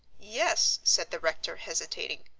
yes, said the rector, hesitating.